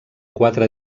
quatre